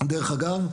דרך אגב,